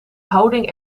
houding